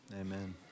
Amen